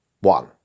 one